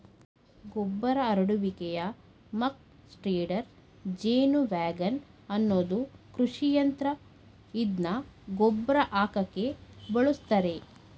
ಗೊಬ್ಬರ ಹರಡುವಿಕೆಯ muck spreader ಜೇನುವ್ಯಾಗನ್ ಅನ್ನೋದು ಕೃಷಿಯಂತ್ರ ಇದ್ನ ಗೊಬ್ರ ಹಾಕಕೆ ಬಳುಸ್ತರೆ